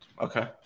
Okay